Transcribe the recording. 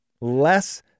less